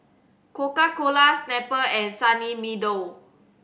Coca Cola Snapple and Sunny Meadow